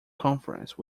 conference